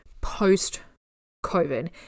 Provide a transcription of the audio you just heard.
post-COVID